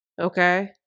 Okay